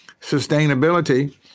sustainability